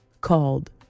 called